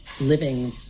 living